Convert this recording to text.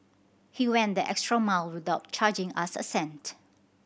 he went the extra mile without charging us a cent